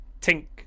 tink